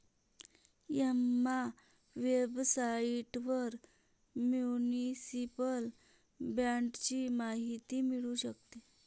Emma वेबसाइटवर municipal बाँडची माहिती मिळू शकते